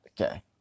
okay